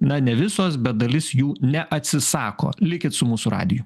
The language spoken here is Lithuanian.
na ne visos bet dalis jų neatsisako likit su mūsų radiju